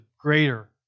greater